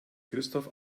christoph